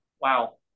wow